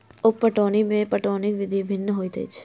उप पटौनी मे पटौनीक विधि भिन्न होइत अछि